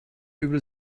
übel